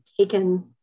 taken